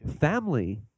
family